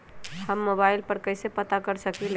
हम मोबाइल पर कईसे पता कर सकींले?